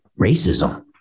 racism